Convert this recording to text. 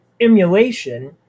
emulation